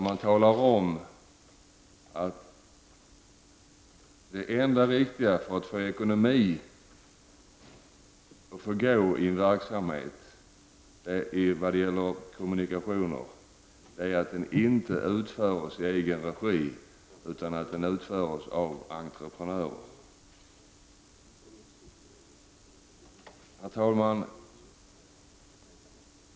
Man talar där om att det viktiga för att få ekonomin att gå ihop i en verksamhet i vad gäller kommunikationer är att trafiken inte utförs i egen regi utan lämnas ut på entreprenad. Herr talman!